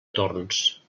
torns